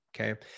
okay